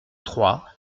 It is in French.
trois